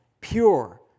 pure